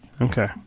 okay